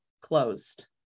closed